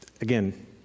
Again